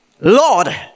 Lord